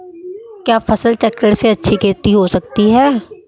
क्या फसल चक्रण से अच्छी खेती हो सकती है?